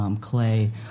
clay